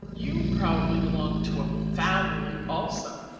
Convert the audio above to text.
you probably belong to a family also,